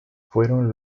fueron